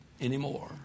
anymore